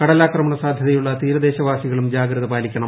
കടലാക്രമണ സാധ്യതയുള്ള തീരദേശ വാസികളും ജാഗ്രത പാലിക്കണം